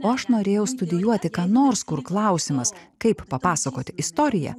o aš norėjau studijuoti ką nors kur klausimas kaip papasakoti istoriją